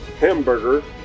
Hamburger